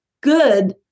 good